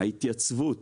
ההתייצבות